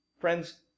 Friends